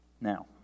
Now